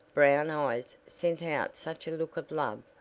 brown eyes sent out such a look of love,